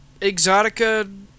Exotica